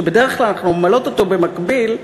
שבדרך כלל אנחנו ממלאות אותו במקביל,